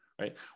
right